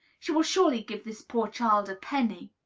she will surely give this poor child a penny.